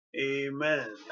Amen